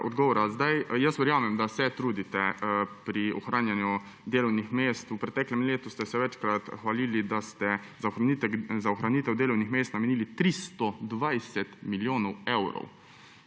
odgovora. Jaz verjamem, da se trudite pri ohranjanju delovnih mest. V preteklem letu ste se večkrat hvalili, da ste za ohranitev delovnih mest namenili 320 milijonov evrov.